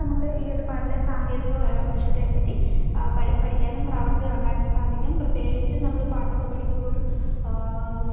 നമുക്ക് ഈയൊരു പാട്ടിലെ സാങ്കേതിക വശത്തെപ്പറ്റി പഠിക്കാനും പ്രാവർത്തികമാക്കാനും സാധിക്കും പ്രത്യേകിച്ച് നമ്മള് പാട്ടൊക്കെ പഠിക്കുമ്പോള് ഒരു